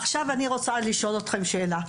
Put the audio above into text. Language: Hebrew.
עכשיו אני רוצה לשאול אתכם שאלה.